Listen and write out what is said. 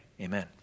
Amen